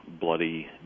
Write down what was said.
bloody